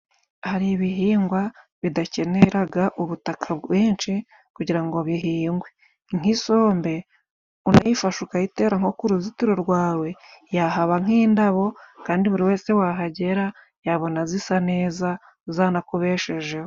Hari ibihingwa bidakenera ubutaka bwinshi kugira ngo bihingwe, nk' isombe wayifashe ukayitera nko ku ruzitiro rwawe, yahaba nk'indabo kandi buri wese wahagera, yabona zisa neza zana kubeshejeho.